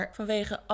vanwege